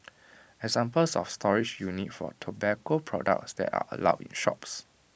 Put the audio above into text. examples of storage units for tobacco products that are allowed in shops